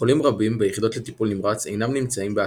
חולים רבים ביחידות לטיפול נמרץ אינם נמצאים בהכרה,